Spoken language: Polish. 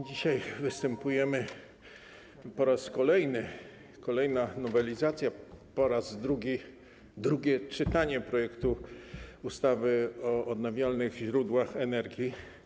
Dzisiaj występujemy po raz kolejny, jest kolejna nowelizacja, po raz drugi drugie czytanie projektu ustawy o odnawialnych źródłach energii.